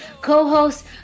co-host